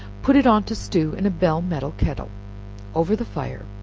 put it on to stew in a bell-metal kettle over the fire,